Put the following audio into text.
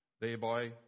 thereby